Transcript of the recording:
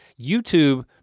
YouTube